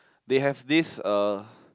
they have this uh